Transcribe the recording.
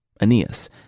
Aeneas